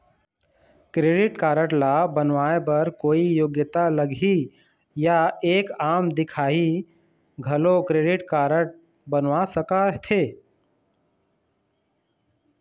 Credit card ला बनवाए बर कोई योग्यता लगही या एक आम दिखाही घलो क्रेडिट कारड बनवा सका थे?